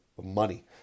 money